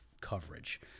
coverage